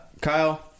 Kyle